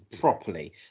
Properly